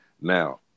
Now